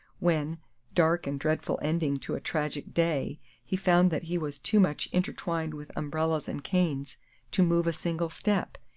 when dark and dreadful ending to a tragic day he found that he was too much intertwined with umbrellas and canes to move a single step.